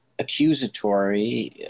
accusatory